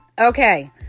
Okay